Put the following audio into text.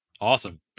awesome